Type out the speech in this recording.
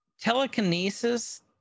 Telekinesis